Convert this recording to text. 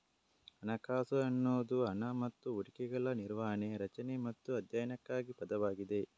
ಹಣಕಾಸು ಎನ್ನುವುದು ಹಣ ಮತ್ತು ಹೂಡಿಕೆಗಳ ನಿರ್ವಹಣೆ, ರಚನೆ ಮತ್ತು ಅಧ್ಯಯನಕ್ಕಾಗಿ ಪದವಾಗಿದೆ